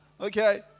okay